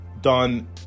Done